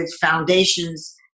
foundations